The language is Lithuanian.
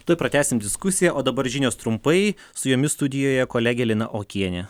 tuoj pratęsim diskusiją o dabar žinios trumpai su jumis studijoje kolegė lina okienė